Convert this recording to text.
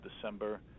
December